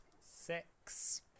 Six